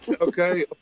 Okay